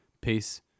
peace